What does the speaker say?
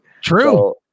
True